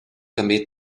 també